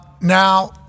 Now